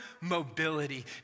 mobility